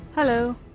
Hello